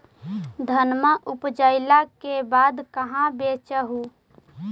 धनमा उपजाईला के बाद कहाँ बेच हू?